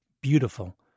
beautiful